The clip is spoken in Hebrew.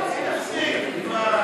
תפסיק כבר.